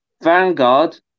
Vanguard